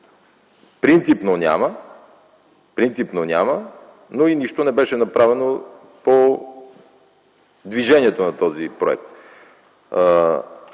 принципно няма, но и нищо не беше направено по движението на този проект.